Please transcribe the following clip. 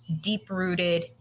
deep-rooted